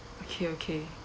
okay okay